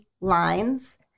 lines